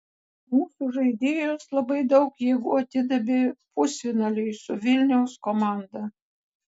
mūsų žaidėjos labai daug jėgų atidavė pusfinaliui su vilniaus komanda